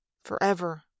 Forever